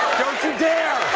don't you dare!